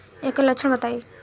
ऐकर लक्षण बताई?